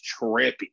trippy